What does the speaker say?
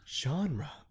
Genre